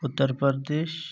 Uttar Pradesh